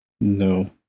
No